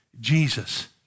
Jesus